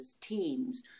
teams